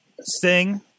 Sting